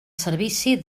servici